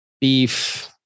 beef